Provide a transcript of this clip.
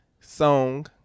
song